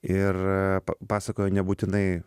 ir pasakojo nebūtinai